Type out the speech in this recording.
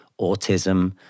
autism